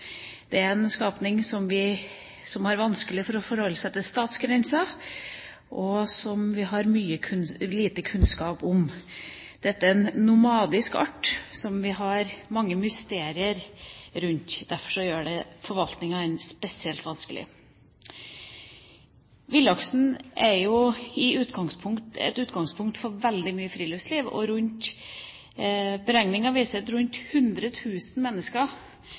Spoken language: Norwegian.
Det er en skapning som har vanskelig for å forholde seg til statsgrenser, og som vi har lite kunnskap om. Dette er en nomadisk art, som det er mange mysterier rundt. Det gjør derfor forvaltningen av den spesielt vanskelig. Villaksen er jo et utgangspunkt for veldig mye friluftsliv. Beregninger viser at rundt 100 000 mennesker